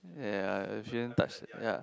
ya shouldn't touch ya